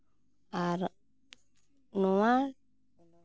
ᱟᱨ ᱱᱚᱣᱟ